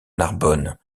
narbonne